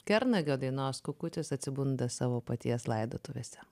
kernagio dainos kukutis atsibunda savo paties laidotuvėse